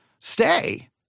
stay